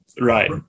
Right